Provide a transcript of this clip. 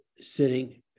sitting